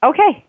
Okay